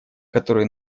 которые